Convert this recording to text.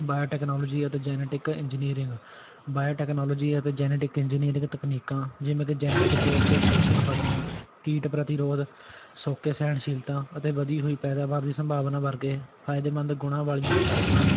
bio technology ਅਤੇ genetic engineering biotechnology ਅਤੇ genetic engineering ਤਕਨੀਕਾਂ ਜਿਵੇਂ ਕਿ ਜੈਨਟਿਕ ਤੌਰ 'ਤੇ ਸੋਧੀਆਂ ਫ਼ਸਲਾਂ ਕੀਟ ਪ੍ਰਤੀਰੋਧ ਸੋਕੇ ਸਹਿਣਸ਼ੀਲਤਾਂ ਅਤੇ ਵਧੀ ਹੋਈ ਪੈਦਾਵਾਰ ਦੀ ਸੰਭਾਵਨਾ ਵਰਗੇ ਫਾਇਦੇਮੰਦ ਗੁਣਾਂ ਵਾਲੀਆਂ ਫ਼ਸਲਾਂ